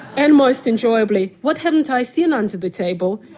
and, most enjoyably, what haven't i seen under the table?